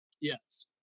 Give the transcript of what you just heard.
Yes